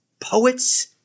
Poets